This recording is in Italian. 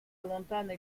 allontana